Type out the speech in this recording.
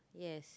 yes